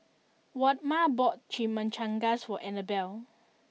Waldemar bought Chimichangas for Annabell